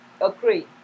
agree